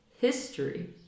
history